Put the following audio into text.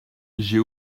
j’ai